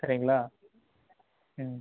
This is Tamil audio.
சரிங்ளா ம்